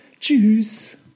Tschüss